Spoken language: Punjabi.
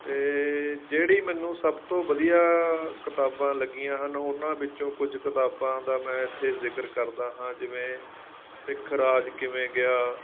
ਅਤੇ ਜਿਹੜੀ ਮੈਨੂੰ ਸਭ ਤੋਂ ਵਧੀਆ ਕਿਤਾਬਾਂ ਲੱਗੀਆਂ ਹਨ ਉਹਨਾਂ ਵਿੱਚੋਂ ਕੁਝ ਕਿਤਾਬਾਂ ਦਾ ਮੈਂ ਇੱਥੇ ਜ਼ਿਕਰ ਕਰਦਾ ਹਾਂ ਜਿਵੇਂ ਸਿੱਖ ਰਾਜ ਕਿਵੇਂ ਗਿਆ